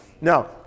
Now